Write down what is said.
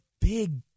big